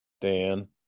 Dan